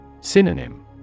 Synonym